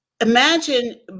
imagine